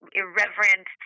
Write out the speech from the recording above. irreverent